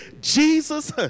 Jesus